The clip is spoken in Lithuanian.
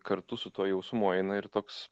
kartu su tuo jausmu eina ir toks